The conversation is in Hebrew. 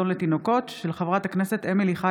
מסקנות ועדת הכלכלה בעקבות הצעתו של חבר הכנסת אורי מקלב